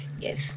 yes